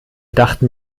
dachten